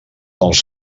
els